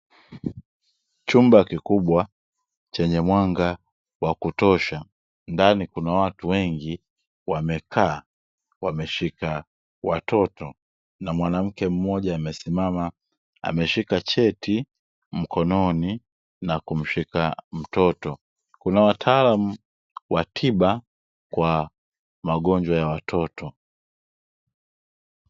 Chumba kikubwa chenye mwanga wa kutosha ndani kuna watu wengi wamekaa wameshika watoto, na mwanamke mmoja amesimama ameshika cheti mkononi na kumshika mtoto, kuna wataalam wa tiba kwa magonjwa ya watoto.